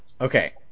Okay